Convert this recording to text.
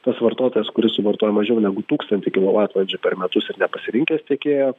tas vartotojas kuris suvartoja mažiau negu tūkstantį kilovatvalandžių per metus ir nepasirinkęs tiekėjo